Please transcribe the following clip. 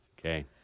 Okay